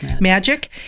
magic